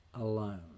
alone